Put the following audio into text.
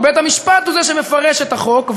ובית-המשפט הוא זה שמפרש את החוק,